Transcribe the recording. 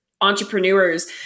entrepreneurs